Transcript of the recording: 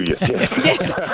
Yes